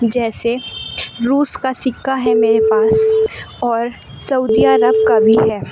جیسے روس کا سکہ ہے میرے پاس اور سعودی عرب کا بھی ہے